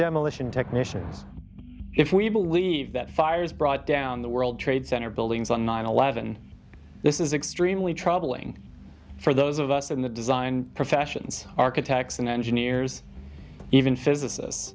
demolition technicians if we believe that fire has brought down the world trade center buildings on nine eleven this is extremely troubling for those of us in the design professions architects and engineers even physicists